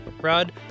Rod